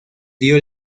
dio